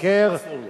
איפה אסור לו,